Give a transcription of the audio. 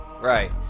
Right